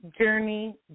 journey